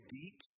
deep